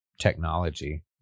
technology